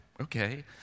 Okay